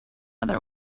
other